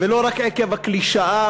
ולא רק עקב הקלישאה,